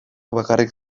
bakarrik